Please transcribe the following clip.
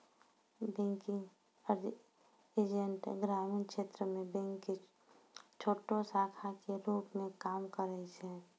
banking agent ग्रामीण क्षेत्रो मे बैंको के छोटो शाखा के रुप मे काम करै छै